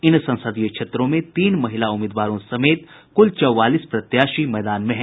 इन संसदीय क्षेत्रों में तीन महिला उम्मीदवारों समेत कुल चौवालीस प्रत्याशी मैदान में हैं